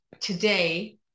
today